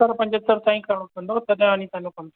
सतरि पंजहतरि ताईं करिणो पवंदव तॾहिं वञी तव्हां कमु